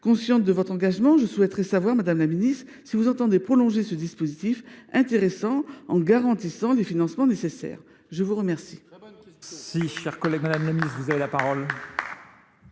Consciente de votre engagement, je souhaiterais savoir, madame la ministre, si vous entendez prolonger ce dispositif intéressant, en garantissant les financements nécessaires. Très bonne